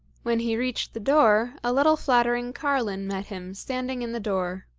when he reached the door, a little flattering carlin met him standing in the door.